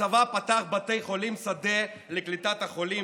הצבא פתח בתי חולים שדה לקליטת החולים,